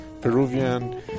Peruvian